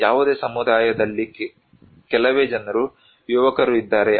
ಯಾವುದೇ ಸಮುದಾಯದಲ್ಲಿ ಕೆಲವೇ ಜನರು ಯುವಕರು ಇದ್ದಾರೆ